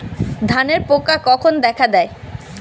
ধানের পোকা কখন দেখা দেয়?